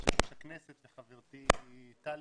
יושב-ראש הכנסת וחברתי טלי.